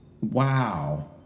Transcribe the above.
Wow